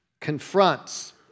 confronts